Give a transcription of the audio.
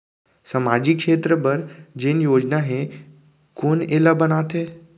सामाजिक क्षेत्र बर जेन योजना हे कोन एला बनाथे?